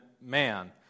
man